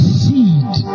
seed